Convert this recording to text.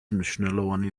მნიშვნელოვანი